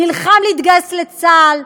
נלחם להתגייס לצה"ל.